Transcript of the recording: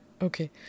Okay